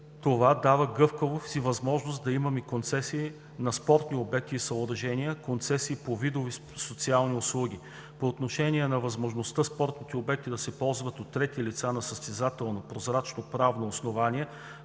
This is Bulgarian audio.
това дава гъвкавостта и възможността да имаме концесии на спортни обекти и съоръжения, концесии по видове социални услуги. По отношение на възможността спортните обекти да се използват от трети лица на състезателно, прозрачно правно основание